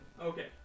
Okay